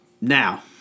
now